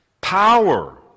Power